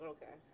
Okay